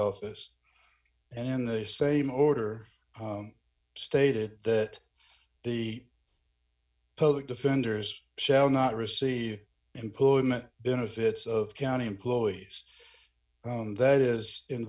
office in the same order stated that the public defenders shall not receive employment benefits of county employees that is in